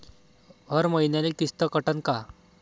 हर मईन्याले किस्त कटन का?